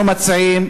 אנחנו מציעים,